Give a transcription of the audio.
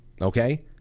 okay